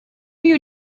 you